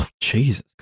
Jesus